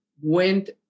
went